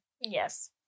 Yes